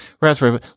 Raspberry